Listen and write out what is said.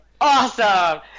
awesome